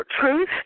Truth